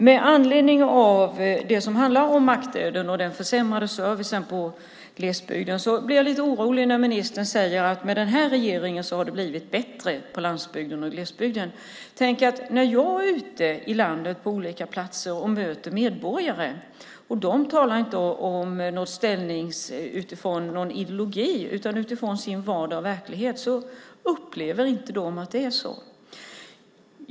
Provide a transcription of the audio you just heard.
Med anledning av det som handlar om mackdöden och den försämrade servicen i glesbygden blir jag lite orolig när ministern säger att det med den här regeringen har blivit bättre på landsbygden och i glesbygden. Tänk att när jag är ute i landet på olika platser och möter medborgare talar de inte utifrån någon ideologi utan utifrån sin vardag och verklighet, och då upplever de inte att det är så.